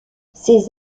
ses